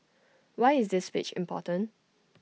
why is this speech important